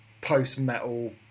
post-metal